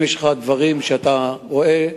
אם יש לך דברים שאתה רואה,